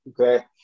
Okay